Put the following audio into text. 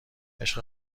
عشق